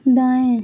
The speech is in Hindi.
दाएं